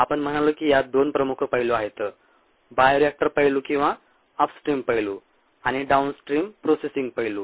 आपण म्हणालो की यात दोन प्रमुख पैलू आहेत बायोरिएक्टर पैलू किंवा अपस्ट्रीम पैलू आणि डाउनस्ट्रीम प्रोसेसिंग पैलू